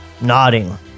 nodding